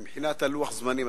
מבחינת לוחות הזמנים,